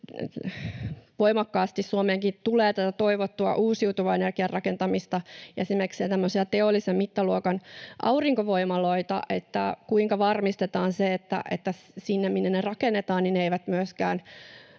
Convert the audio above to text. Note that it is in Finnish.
voimakkaasti Suomeenkin tulee tätä toivottua uusiutuvan energian rakentamista ja esimerkiksi tämmöisiä teollisen mittaluokan aurinkovoimaloita, kuinka varmistetaan se, että siellä, minne ne rakennetaan, se rakentaminen